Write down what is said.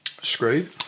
Screw